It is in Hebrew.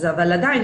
אבל עדיין,